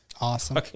awesome